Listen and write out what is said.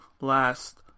last